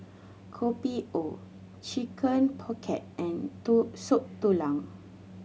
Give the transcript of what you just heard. Kopi O Chicken Pocket and Soup Tulang